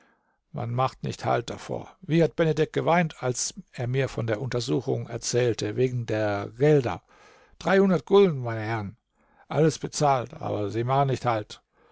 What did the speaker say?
man macht nicht halt davor wie hat benedek geweint als er mir von der untersuchung erzählte wegen der gelder dreihundert gulden meine herren alles bezahlt aber sie machen nicht halt